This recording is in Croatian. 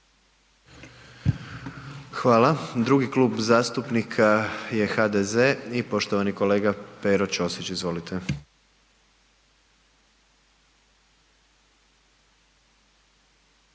Hvala. Drugi Klub zastupnika je HDZ i poštovani kolega Pero Ćosić, izvolite.